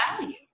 value